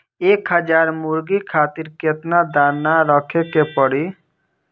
एक हज़ार मुर्गी खातिर केतना दाना रखे के पड़ी?